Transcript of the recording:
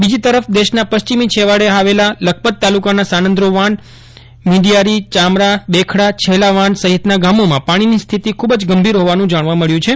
બીજી તરફ દેશના પશ્ચિમી છેવાડે આવેલા લખપત તાલુકાનાં સાનધ્રીવાંઢ મિંઢિયારી ચામરા બેખડા છેલાવાંઢ સફિતનાં ગામોમાં પાણીની સ્થિતિ ખૂબ જ ગંભીર હોવાનું જાણવા મળ્યું છે